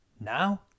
Now